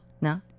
no